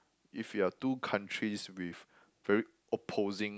if you're two countries with very opposing